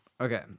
Okay